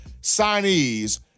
signees